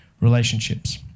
relationships